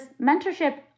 mentorship